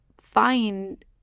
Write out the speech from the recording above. find